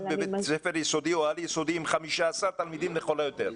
בבית ספר יסודי או על-יסודי עם 15 תלמידים לכל היותר.